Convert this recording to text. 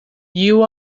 you